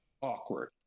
awkward